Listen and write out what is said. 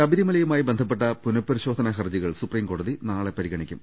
ശബരിമലയുമായി ബന്ധപ്പെട്ട പുനപരിശോധനാ ഹർജികൾ സുപ്രീം കോടതി നാളെ പരിഗണിക്കും